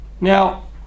Now